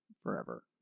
forever